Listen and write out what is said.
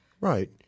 Right